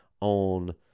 on